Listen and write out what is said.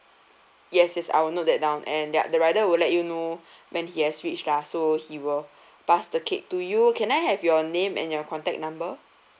yes yes I will note that down and ya the rider will let you know when he has reached lah so he will pass the cake to you can I have your name and your contact number